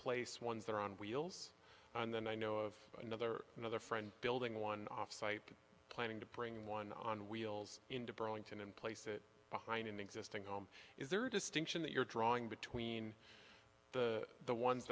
place ones that are on wheels and then i know of another another friend building one off site planning to bring one on wheels into burlington and place it behind an existing home is there a distinction that you're drawing between the